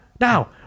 now